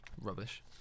rubbish